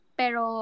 pero